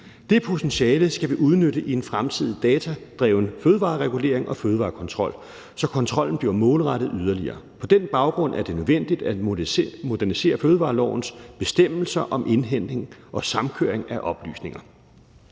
Det potentiale skal vi udnytte i en fremtidig datadreven fødevareregulering og fødevarekontrol, så kontrollen bliver målrettet yderligere. På den baggrund er det nødvendigt at modernisere fødevarelovens bestemmelser om indhentning og samkøring af oplysninger.